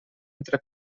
entre